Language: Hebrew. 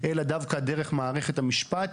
אלא דווקא דרך מערכת המשפט,